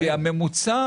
את הממוצע.